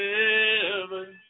heaven